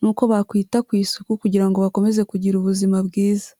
n'uko bakwita ku isuku kugira ngo bakomeze kugira ubuzima bwiza.